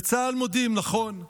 בצה"ל מודים, נכון,